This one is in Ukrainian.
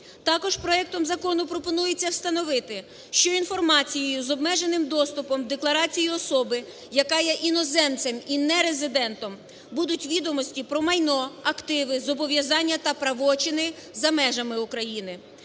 Також проектом закону пропонується встановити, що інформацією з обмеженим доступом декларації особи, яка є іноземцем і нерезидентом, будуть відомості про майно, активи, зобов'язання та правочини за межами України.